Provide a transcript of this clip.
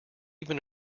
even